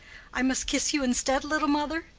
i must kiss you instead, little mother!